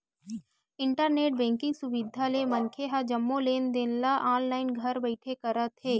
internet banking सुबिधा ले मनखे ह जम्मो लेन देन ल ऑनलाईन घर बइठे करत हे